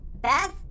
Beth